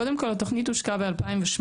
קודם כל, התוכנית הושקה ב-2018,